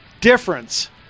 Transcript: difference